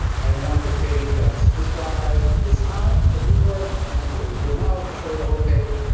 i want a page that's this wide and this high ah viewport. and it'll zoom out to show the whole page.